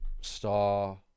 Star